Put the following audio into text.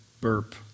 burp